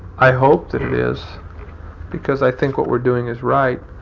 i hope that it is because i think what we're doing is right.